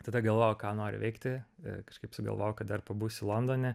tada galvojau ką noriu veikti kažkaip sugalvojau kad dar pabūsiu londone